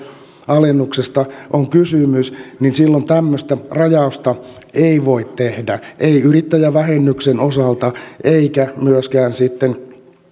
alennuksesta on kysymys silloin tämmöistä rajausta ei voi tehdä ei yrittäjävähennyksen osalta eikä myöskään sitten